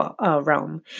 realm